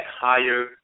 higher